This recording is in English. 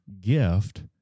gift